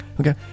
Okay